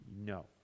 No